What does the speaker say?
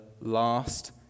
last